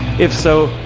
if so,